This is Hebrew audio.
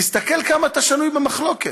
תסתכל כמה אתה שנוי במחלוקת.